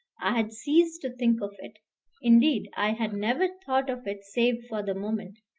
i had ceased to think of it indeed, i had never thought of it save for the moment,